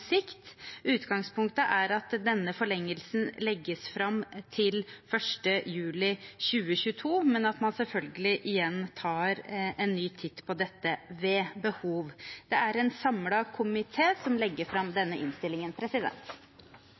sikt. Utgangspunktet er at denne forlengelsen legges fram til 1. juli 2022, men at man selvfølgelig tar en ny titt på dette ved behov. Det er en samlet komité som legger fram denne innstillingen.